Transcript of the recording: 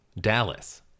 Dallas